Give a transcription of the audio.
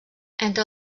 entre